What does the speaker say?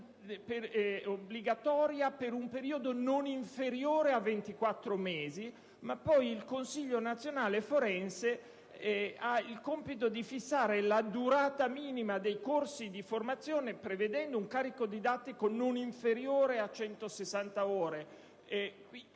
obbligatoria per un periodo non inferiore a 24 mesi, ma poi si attribuisce al Consiglio nazionale forense il compito di fissare la durata minima dei corsi di formazione, prevedendo un carico didattico non inferiore a 160 ore.